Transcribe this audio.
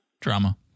Drama